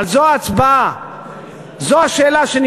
מאיפה החברה הישראלית מתנהגת כמו שהיא מתנהגת,